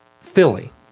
Philly